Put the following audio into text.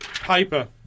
paper